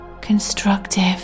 constructive